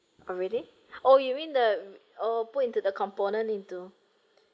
already oh you mean the uh put into the component into